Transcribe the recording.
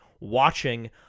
watching